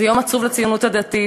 זה יום עצוב לציונות הדתית,